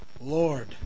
Lord